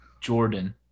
Jordan